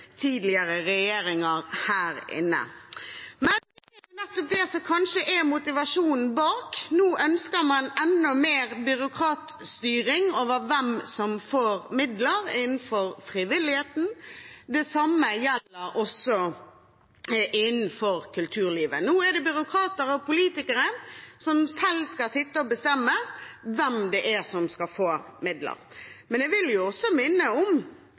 tidligere regjeringer her inne. Men det er kanskje nettopp det som er motivasjonen bak: Nå ønsker man enda mer byråkratstyring over hvem som får midler innenfor frivilligheten. Det samme gjelder også innenfor kulturlivet. Nå er det byråkrater og politikere som selv skal sitte og bestemme hvem det er som skal få midler. Jeg vil også minne om